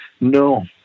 No